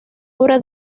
obra